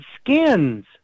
skins